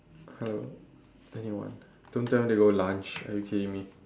hello anyone don't tell me they go lunch are you kidding me